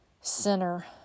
center